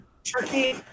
Turkey